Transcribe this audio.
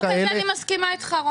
לזה אני מסכימה איתך.